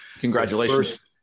Congratulations